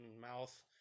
mouth